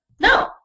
No